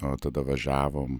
o tada važiavom